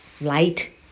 light